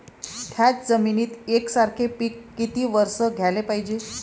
थ्याच जमिनीत यकसारखे पिकं किती वरसं घ्याले पायजे?